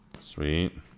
Sweet